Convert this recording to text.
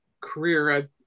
career